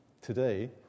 today